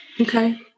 Okay